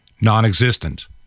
non-existent